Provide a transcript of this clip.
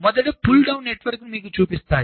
మొదట pull down నెట్వర్క్ను మీకు చూపిస్తాను